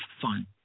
fun